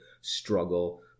struggle